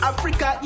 Africa